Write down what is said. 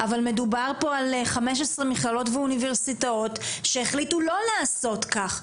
אבל מדובר פה על 15 מכללות ואוניברסיטאות שהחליטו לא לעשות כך,